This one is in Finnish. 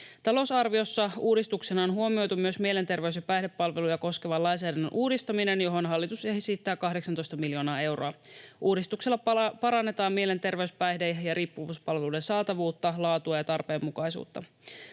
Talousarviossa uudistuksena on huomioitu myös mielenterveys- ja päihdepalveluja koskevan lainsäädännön uudistaminen, johon hallitus esittää 18 miljoonaa euroa. Uudistuksella parannetaan mielenterveys-, päihde- ja riippuvuuspalveluiden saatavuutta, laatua ja tarpeenmukaisuutta.